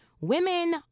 Women